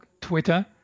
Twitter